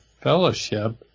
fellowship